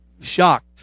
shocked